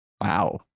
Wow